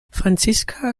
franziska